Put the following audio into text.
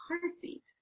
heartbeat